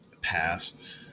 Pass